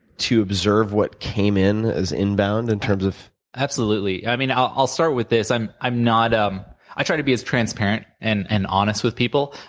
to observe what came in as inbound, in terms of absolutely. i mean i'll start with this, i'm i'm not a um i try to be as transparent and and honest with people.